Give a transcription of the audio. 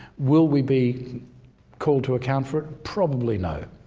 will we be called to account for it? probably, no.